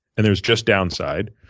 and there's just downside.